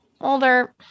Older